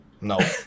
No